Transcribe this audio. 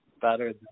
better